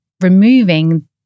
removing